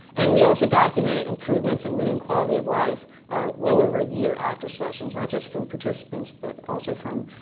and we also documented improvements in mood and quality of life well over a year after sessions, not just from participants but also from